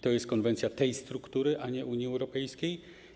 To jest konwencja tej struktury, a nie Unii Europejskiej.